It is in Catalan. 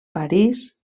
parís